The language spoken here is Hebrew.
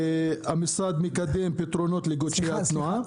המשרד מקדם פתרונות לגודש תנועה.